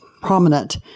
prominent